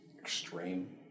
extreme